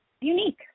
unique